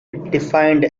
defined